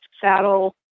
saddle